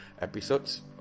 episodes